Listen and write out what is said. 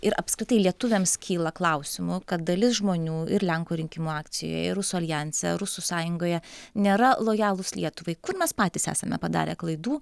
ir apskritai lietuviams kyla klausimų kad dalis žmonių ir lenkų rinkimų akcijoje ir rusų aljanse rusų sąjungoje nėra lojalūs lietuvai kur mes patys esame padarę klaidų